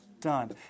Done